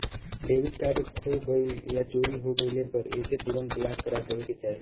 debit card खो गइल या चोरी हो गइले पर एके तुरंत ब्लॉक करा देवे के चाही